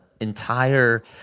entire